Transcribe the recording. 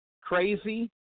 crazy